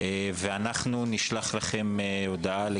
נשלח לכם הודעה,